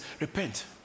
Repent